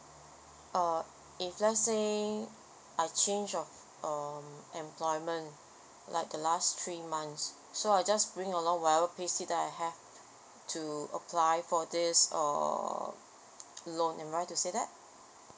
uh if let's say I change of um employment like the last three months so I just bring along whatever paid slip that I have to apply for this or loan am I right to say that